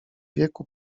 wieku